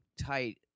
tight